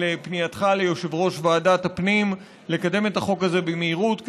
לפנייתך ליושב-ראש ועדת הפנים לקדם את החוק הזה במהירות,